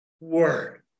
word